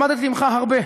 למדתי ממך הרבה.